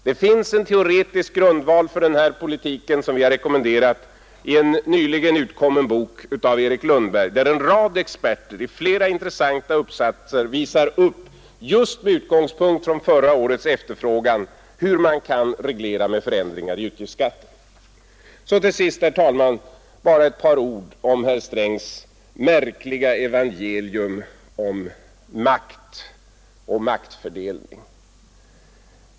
Det finns en teoretisk grundval för den här politiken som vi har rekommenderat i en nyligen utkommen bok av Erik Lundberg, där en rad experter i flera intressanta uppsatser just med utgångspunkt i förra årets efterfrågan visar upp hur man kan reglera med förändringar i utgiftsskatten. Så till sist, herr talman, bara ett par ord om herr Strängs märkliga evangelium om makt och maktfördelning.